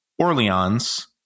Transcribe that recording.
Orleans